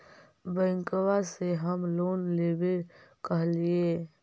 बैंकवा से हम लोन लेवेल कहलिऐ?